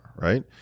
right